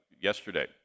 yesterday